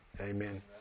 amen